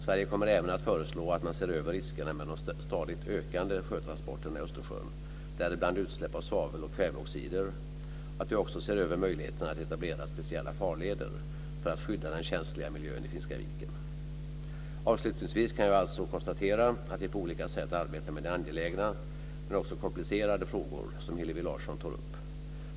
Sverige kommer även att föreslå att man ser över riskerna med de stadigt ökande sjötransporterna i Östersjön, däribland utsläpp av svavel och kväveoxider, och att man också ser över möjligheterna att etablera speciella farleder för att skydda den känsliga miljön i Finska viken. Avslutningsvis kan jag alltså konstatera att vi på olika sätt arbetar med de angelägna - men också komplicerade - frågor som Hillevi Larsson tar upp.